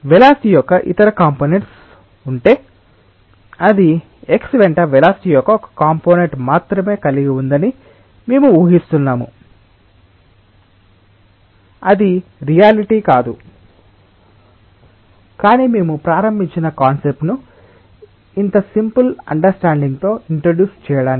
velocity యొక్క ఇతర components ఉంటే అది x వెంట వెలాసిటి యొక్క ఒక కంపోనేంట్ మాత్రమే కలిగి ఉందని మేము ఉహిస్తున్నాము అది రియాలిటీ కాదు కానీ మేము ప్రారంభించిన కాన్సెప్ట్ ను ఇంత సింపుల్ అండర్స్టాండింగ్ తో ఇంట్రడ్యూస్ చేయడానికి